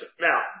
Now